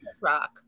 Rock